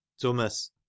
Thomas